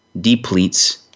depletes